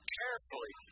carefully